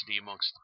amongst